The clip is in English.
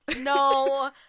No